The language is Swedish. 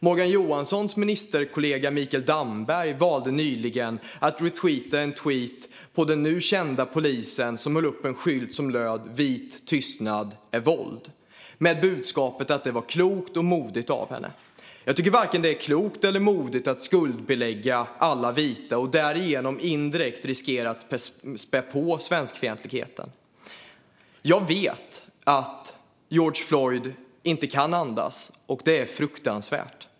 Morgan Johanssons ministerkollega Mikael Damberg valde nyligen att retweeta en bild på den nu kända polisen som höll upp en skylt med texten "white silence is violence", vit tystnad är våld, med budskapet att det var klokt och modigt av henne. Jag tycker inte att det är vare sig klokt eller modigt att skuldbelägga alla vita och därigenom riskera att indirekt spä på svenskfientligheten. Jag vet att George Floyd inte kan andas. Det är fruktansvärt.